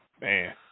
Man